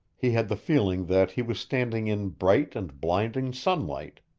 he had the feeling that he was standing in bright and blinding sunlight.